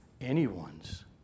anyone's